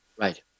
Right